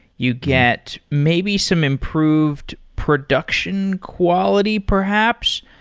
you get maybe some improved production quality, perhaps.